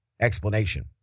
explanation